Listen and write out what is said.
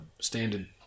standard